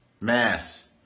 mass